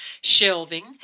shelving